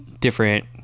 different